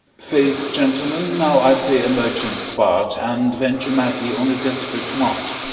faith, gentlemen, now i play a merchant's part, and venture madly on a desperate mart.